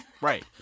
Right